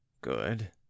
Good